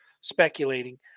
speculating